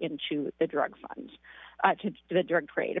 into the drug funds to the drug trade